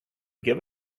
give